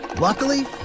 Luckily